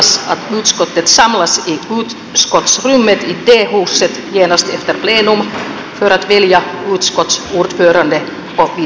framtidsutskottets medlemmar meddelas att utskottet samlas i utskottsrummet i d huset genast efter plenum för att välja utskottsordförande och vice ordförande